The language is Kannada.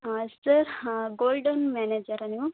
ಹಾಂ ಸರ್ ಹಾಂ ಗೋಲ್ಡನ್ ಮ್ಯಾನೇಜರಾ ನೀವು